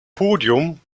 podium